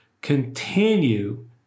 continue